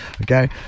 Okay